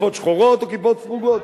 כיפות שחורות או כיפות סרוגות.